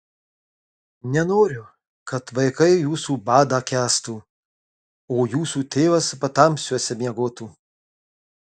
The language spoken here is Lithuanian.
nenoriu kad vaikai jūsų badą kęstų o jūsų tėvas patamsiuose miegotų